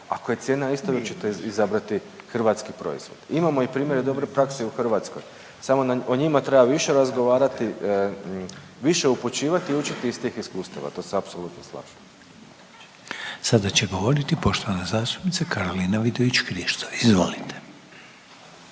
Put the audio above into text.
ako je cijena ista, uvijek ćete izabrati hrvatski proizvod. Imamo i primjere dobre prakse i u Hrvatskoj, samo o njima treba više razgovarati, više upućivati i učiti iz tih iskustava, to se apsolutno slažem. **Reiner, Željko (HDZ)** Sada će govoriti poštovana zastupnica Karolina Vidović Krišto, izvolite.